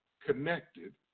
connected